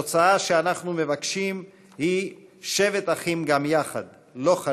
התוצאה שאנחנו מבקשים היא שבת אחים גם יחד ולא,